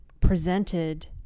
presented